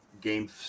game